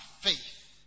faith